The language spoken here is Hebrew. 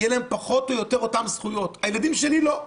יהיו להם פחות או יותר אותן זכויות; לילדים שלי לא.